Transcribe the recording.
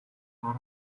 гар